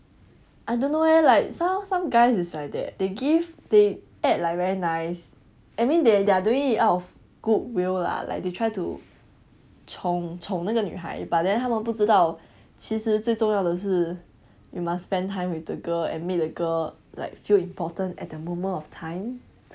I don't know eh like some some guys it's like that they give they act like very nice I mean they're they're doing it out of goodwill lah like they try to 宠宠那个女孩 but then 他们不知道其实最重要的是 we must spend time with the girl and make the girl like feel important at the moment of time